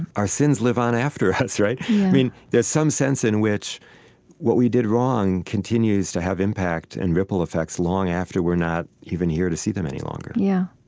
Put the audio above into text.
our sins live on after us, right? yeah there's some sense in which what we did wrong continues to have impact and ripple effects long after we're not even here to see them any longer yeah,